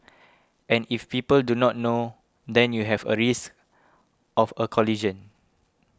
and if people do not know then you have a risk of a collision